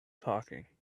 talking